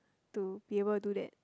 to be able to do that